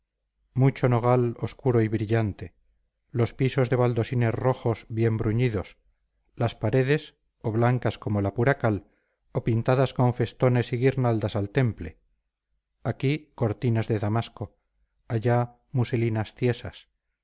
mucho nogal obscuro y brillante los pisos de baldosines rojos bien bruñidos las paredes o blancas como la pura cal o pintadas con festones y guirnaldas al temple aquí cortinas de damasco allá muselinas tiesas